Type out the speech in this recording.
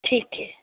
ਠੀਕ ਹੈ